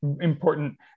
important